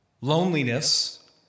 loneliness